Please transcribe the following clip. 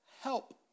help